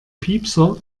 piepser